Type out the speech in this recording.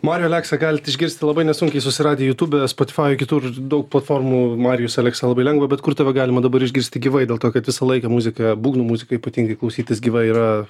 marijų aleksą galit išgirsti labai nesunkiai susiradę jutube spotifajuj kitur daug platformų marijus aleksa labai lengva bet kur tave galima dabar išgirsti gyvai dėl to kad visą laiką muzika būgnų muzika ypatingai klausytis gyvai yra